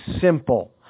simple